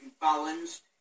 balanced